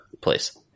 place